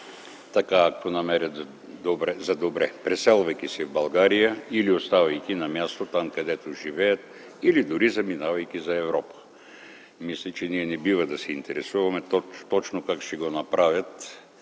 така както намерят за добре – преселвайки се в България, оставайки на място – там където живеят, или дори заминавайки за Европа. Мисля, че ние не бива да се интересуваме точно как ще го направят.